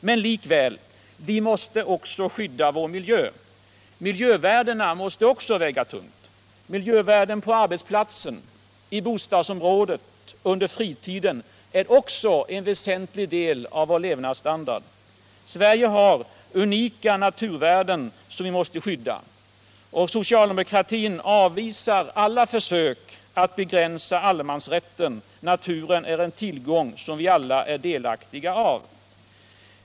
Men likväl: vi måste skydda vår miljö. Miljövärdena måste också väga tungt. Miljövärdena på arbetsplatsen, i bostadsområdet, under fritiden, är också en väsentlig del av vår levnadsstandard. Sverige har unika naturvärden som vi måste skydda. Socialdemokratin avvisar alla försök att begränsa allemansrätten. Naturen är en tillgång som vi alla är delaktiga av.